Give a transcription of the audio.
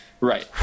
Right